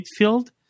midfield